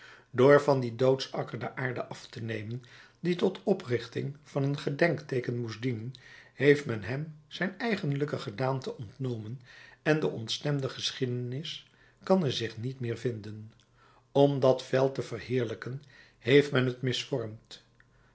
door van dien doodsakker de aarde af te nemen die tot oprichting van een gedenkteeken moest dienen heeft men hem zijn eigenlijke gedaante ontnomen en de ontstemde geschiedenis kan er zich niet meer vinden om dat veld te verheerlijken heeft men het misvormd